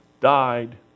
died